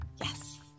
Yes